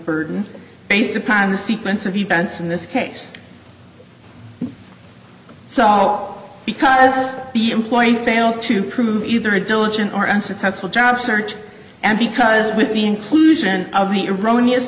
burden based upon the sequence of events in this case so all because he employed failed to prove either a diligent or unsuccessful job search and because with the inclusion of the erroneous